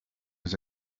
his